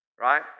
right